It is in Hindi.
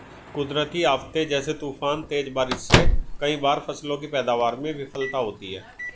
कुदरती आफ़ते जैसे तूफान, तेज बारिश से कई बार फसलों की पैदावार में विफलता होती है